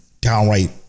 downright